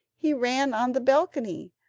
he ran on the balcony,